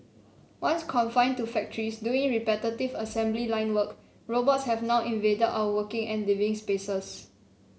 once confined to factories doing repetitive assembly line work robots have now invaded our working and living spaces